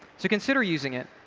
so consider using it.